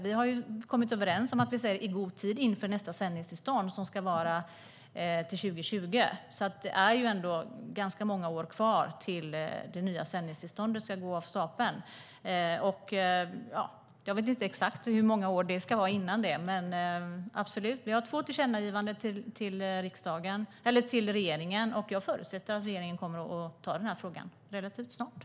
Vi har kommit överens om att säga att det ska vara i god tid inför nästa sändningstillstånd 2020. Det är ändå ganska många år kvar till det nya sändningstillståndet. Jag vet inte exakt hur många år innan som det ska göras. Men vi har två tillkännagivanden till regeringen, och jag förutsätter att regeringen kommer att ta tag i denna fråga relativt snart.